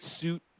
suit